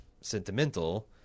sentimental